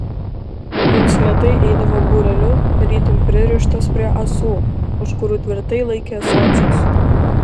jos lėtai eidavo būreliu tarytum pririštos prie ąsų už kurių tvirtai laikė ąsočius